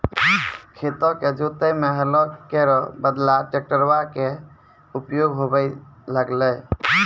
खेतो क जोतै म हलो केरो बदला ट्रेक्टरवा कॅ उपयोग होबे लगलै